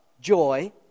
joy